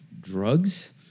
drugs